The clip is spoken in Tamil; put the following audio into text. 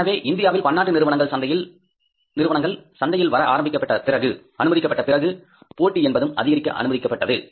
எனவே இந்தியாவில் பன்னாட்டு நிறுவனங்கள் சந்தையில் வர அனுமதிக்கப்பட்ட பிறகு போட்டி என்பதும் அதிகரிக்க அனுமதிக்கப்பட்டது